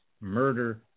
murder